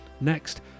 Next